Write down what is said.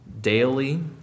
Daily